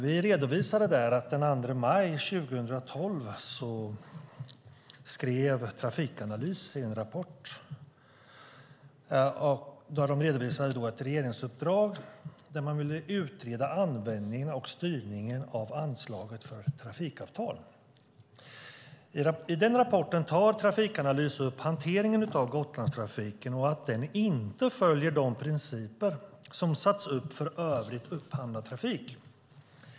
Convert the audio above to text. Vi redovisade där att Trafikanalys den 2 maj 2012 i en rapport redovisade regeringsuppdraget att utreda användningen och styrningen av anslaget för trafikavtal. I rapporten tog Trafikanalys upp hanteringen av Gotlandstrafiken och att den inte följer de principer som satts upp för övrig upphandlad trafik.